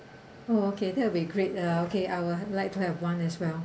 oh okay that will be great uh okay I'll like to have one as well